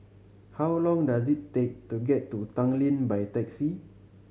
how long does it take to get to Tanglin by taxi